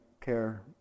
care